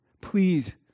Please